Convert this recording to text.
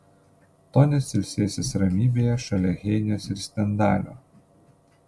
tonis ilsėsis ramybėje šalia heinės ir stendalio